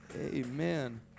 Amen